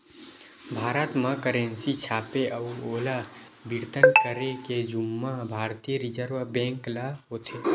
भारत म करेंसी छापे अउ ओला बितरन करे के जुम्मा भारतीय रिजर्व बेंक ल होथे